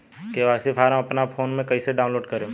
KYC form अपना phone मे कइसे डाऊनलोड करेम?